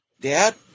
Dad